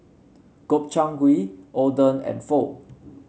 Gobchang Gui Oden and Pho